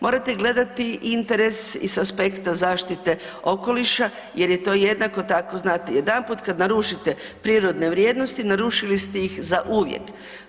Morate gledati interes i s aspekta zaštite okoliša jer je to jednako tako, znati jedanput, kad narušite prirodne vrijednosti, narušili ste ih zauvijek.